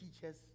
teachers